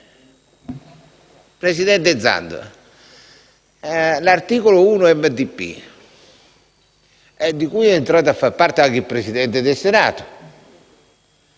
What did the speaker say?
Presidente Zanda, al Gruppo Articolo 1-MPD, di cui è entrato a fa parte anche il Presidente del Senato,